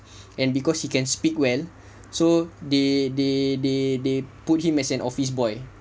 and because you can speak well so they they they they put him as an office boy